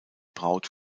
braut